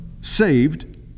saved